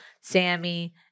Sammy